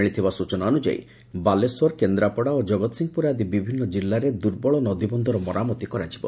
ମିଳିଥିବା ସ୍ଚନା ଅନୁଯାୟୀ ବାଲେଶ୍ୱର କେନ୍ଦ୍ରାପଡ଼ା ଓ ଜଗତସିଂହପୁର ଆଦି ବିଭିନ୍ନ ଜିଲ୍ଲାରେ ଦୁର୍ବଳ ନଦୀବନ୍ଧର ମରାମତି କରାଯିବ